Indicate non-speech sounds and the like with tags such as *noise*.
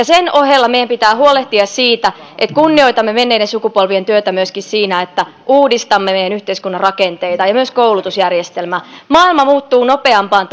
*unintelligible* sen ohella meidän pitää huolehtia siitä että kunnioitamme menneiden sukupolvien työtä myöskin siinä että uudistamme meidän yhteiskuntamme rakenteita ja ja myös koulutusjärjestelmää maailma muuttuu nopeampaan *unintelligible*